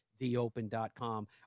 theopen.com